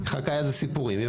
"חכייא" זה סיפורים.